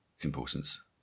importance